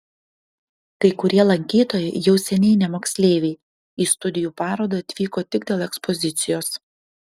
kai kurie lankytojai jau seniai ne moksleiviai į studijų parodą atvyko tik dėl ekspozicijos